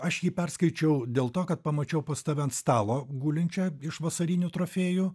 aš jį perskaičiau dėl to kad pamačiau pas tave ant stalo gulinčią iš vasarinių trofėjų